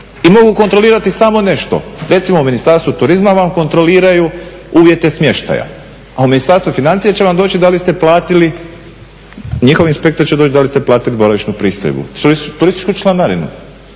i mogu kontrolirati samo nešto. Recimo Ministarstvo turizma vam kontroliraju uvjete smještaja, a u Ministarstvu financija će vam doći da li ste platili, njihov inspektor će doći da li ste platili boravišnu pristojbu, turističku članarinu.